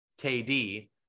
KD